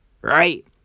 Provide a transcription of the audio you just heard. Right